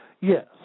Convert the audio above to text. Yes